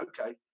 okay